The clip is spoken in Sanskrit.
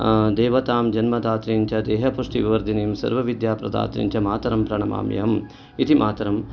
देवतां जन्मदात्रीञ्च देहपुष्टिविवर्धिनीं सर्वविद्याप्रदात्रीञ्च मातरं प्रणमाम्यहम् इति मातरं